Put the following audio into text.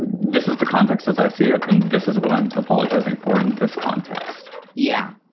and this is the context as i see it. and this is what i'm apologizing for in this context yeah,